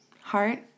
heart